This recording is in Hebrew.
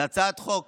זו הצעת חוק